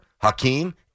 Hakeem